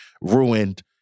ruined